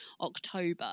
October